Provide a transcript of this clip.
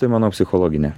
tai manau psichologinė